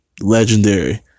Legendary